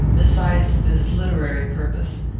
besides this literary purpose,